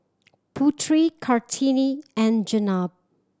Putri Kartini and Jenab